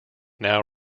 now